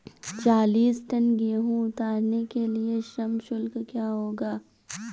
चालीस टन गेहूँ उतारने के लिए श्रम शुल्क क्या होगा?